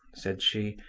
said she,